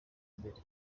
imbere